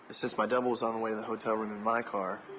since my double was on the way to the hotel in and my car.